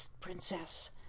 princess